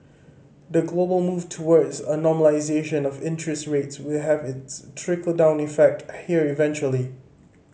the global move towards a normalisation of interest rates will have its trickle down effect here eventually